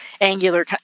Angular